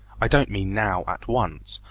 i don't mean now, at once,